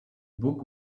book